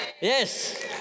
Yes